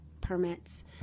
permits